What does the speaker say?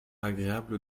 agréable